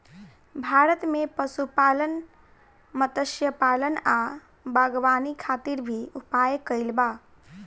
भारत में पशुपालन, मत्स्यपालन आ बागवानी खातिर भी उपाय कइल बा